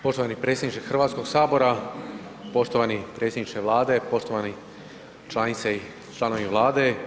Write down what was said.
Poštovani predsjedniče Hrvatskog sabora, poštovani predsjedniče Vlade, poštovani članice i članovi Vlade.